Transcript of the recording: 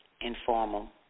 informal